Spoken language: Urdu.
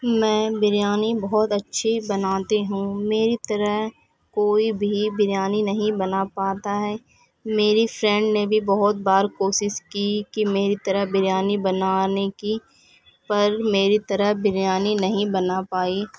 میں بریانی بہت اچھی بناتی ہوں میری طرح کوئی بھی بریانی نہیں بنا پاتا ہے میری فرینڈ نے بھی بہت بار کوشش کی کہ میری طرح بریانی بنانے کی پر میری طرح بریانی نہیں بنا پائی